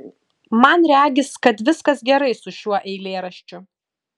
man regis kad viskas gerai su šiuo eilėraščiu